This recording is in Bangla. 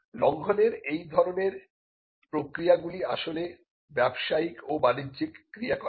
লঙ্ঘনের এই ধরনের প্রক্রিয়া গুলি আসলে ব্যবসায়িক ও বাণিজ্যিক ক্রিয়া কলাপ